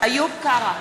איוב קרא,